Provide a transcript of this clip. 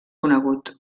conegut